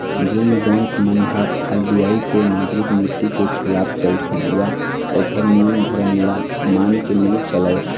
जेन बेंक मन ह आर.बी.आई के मौद्रिक नीति के खिलाफ चलथे या ओखर नियम धरम ल मान के नइ चलय